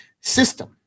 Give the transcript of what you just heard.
system